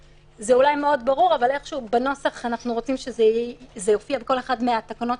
אנחנו עושים כל מאמץ.